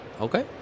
okay